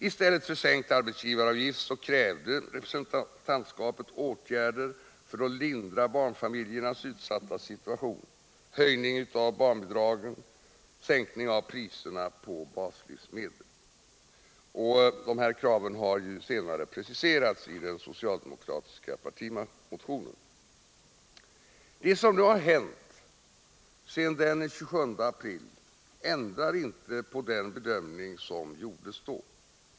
I stället för sänkt arbetsgivaravgift krävde representantskapet åtgärder i form av höjning av barnbidragen och sänkning av priserna på baslivsmedel för att lindra barnfamiljernas utsatta situation. Kraven har senare preciserats i den socialdemokratiska partimotionen. Det som har hänt sedan den 27 april ändrar inte på den bedömning som gjordes då.